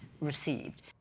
received